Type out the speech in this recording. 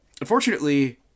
Unfortunately